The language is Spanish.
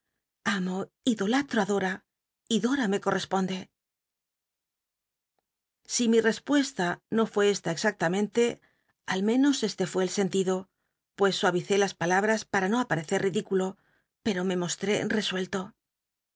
idolatro í dora y dora me corrcsponde si mi respuesta no fué esta exactamente al menos este fué el sentido pues suavicé las palabras para no aparecer ridículo pmo me mostré